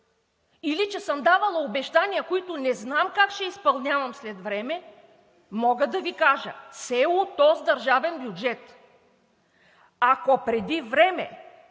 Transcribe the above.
или че съм давала обещания, които не знам как ще изпълнявам след време, мога да Ви кажа: все от този държавен бюджет! Ако преди време